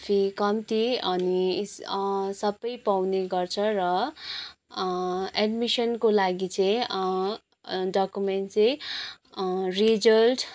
fee कम्ती अनि सबै पाउने गर्छ र एड्मिसनको लागि चाहिँ डकुमेन्ट चाहिँ रिजल्ट